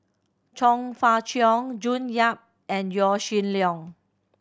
Chong Fah Cheong June Yap and Yaw Shin Leong